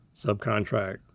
subcontract